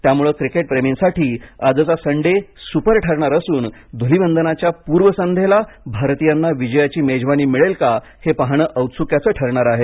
त्यामुळे क्रिकेट प्रेमींसाठी आजचा संडे सुपर ठरणार असून धूलीवंदनाच्या पूर्वसंध्येला भारतीयांना विजयाची मेजवानी मिळेल का हे पाहणं औत्सुक्याचं ठरणार आहे